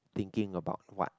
thinking about what